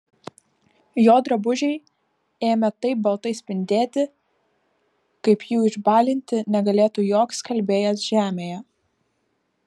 jo drabužiai ėmė taip baltai spindėti kaip jų išbalinti negalėtų joks skalbėjas žemėje